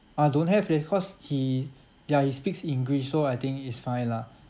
uh don't have leh cause he ya he speaks english so I think it's fine lah